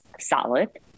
Solid